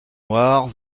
noire